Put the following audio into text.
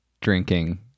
drinking